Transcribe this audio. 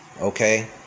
okay